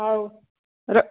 ହଉ ର